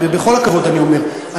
בכל הכבוד אני אומר,